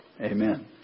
amen